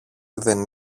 δεν